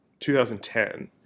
2010